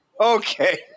Okay